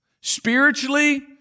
Spiritually